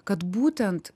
kad būtent